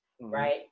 right